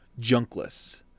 junkless